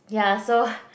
yeah so